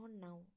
now